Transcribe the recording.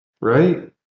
Right